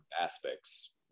aspects